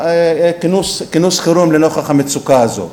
כינוס חירום נוכח המצוקה הזאת,